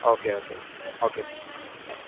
okay okay okay sir thank you